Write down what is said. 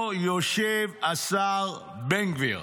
יושב השר בן גביר,